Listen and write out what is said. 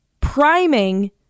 priming